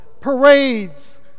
parades